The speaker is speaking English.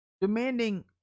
demanding